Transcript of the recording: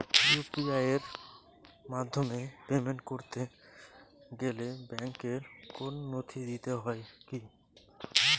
UPI এর মাধ্যমে payment করতে গেলে ব্যাংকের কোন নথি দিতে হয় কি?